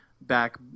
back